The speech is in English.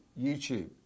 YouTube